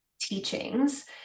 teachings